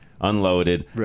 Unloaded